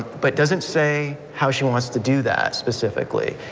but doesn't say how she wants to do that specifically.